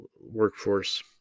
workforce